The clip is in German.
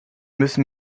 müssen